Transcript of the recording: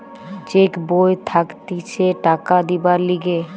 check বই থাকতিছে টাকা দিবার লিগে